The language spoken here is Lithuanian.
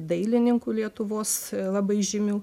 dailininkų lietuvos labai žymių